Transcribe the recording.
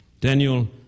Daniel